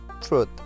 truth